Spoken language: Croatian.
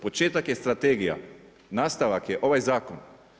Početak je strategija, nastavak je ovaj zakon.